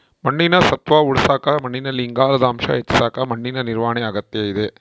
ಮಣ್ಣಿನ ಸತ್ವ ಉಳಸಾಕ ಮಣ್ಣಿನಲ್ಲಿ ಇಂಗಾಲದ ಅಂಶ ಹೆಚ್ಚಿಸಕ ಮಣ್ಣಿನ ನಿರ್ವಹಣಾ ಅಗತ್ಯ ಇದ